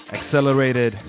Accelerated